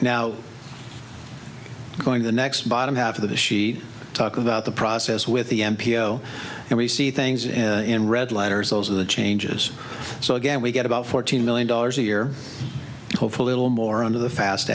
now going the next bottom half of the she talked about the process with the m p o and we see things in red letters those are the changes so again we get about fourteen million dollars a year hopefully it'll more into the fast